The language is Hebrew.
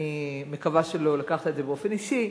אני מקווה שלא לקחת את זה באופן אישי,